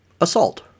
Assault